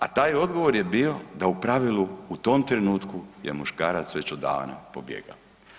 A taj odgovor je bio da u pravilu u tom trenutku je muškarac već odavna pobjegao.